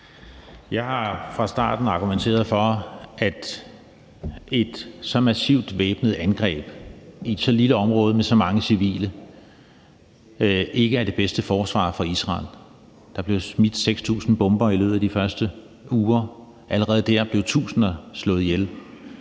Jeg har fra starten argumenteret for, at et så massivt væbnet angreb i et så lille område med så mange civile ikke er det bedste forsvar for Israel. Der blev smidt 6.000 bomber i løbet af de første uger, og allerede dér blev tusinder slået ihjel.